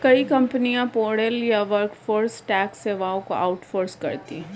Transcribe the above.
कई कंपनियां पेरोल या वर्कफोर्स टैक्स सेवाओं को आउट सोर्स करती है